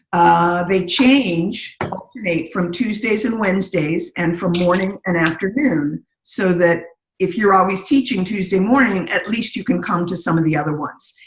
they change from tuesdays and wednesdays and from morning and afternoon so that if you're always teaching tuesday morning, at least, you can come to some of the other ones.